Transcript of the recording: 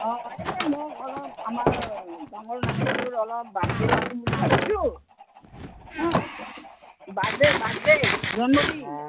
অঁ এই মোক অলপ আমাৰ ডাঙৰ নাতিটোৰ অলপ বাৰ্থডে পাতিম বুলি ভাবিছোঁ হা বাৰ্থডে বাৰ্থডে জন্মদিন